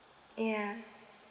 ya